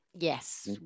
Yes